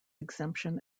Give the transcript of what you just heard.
exemption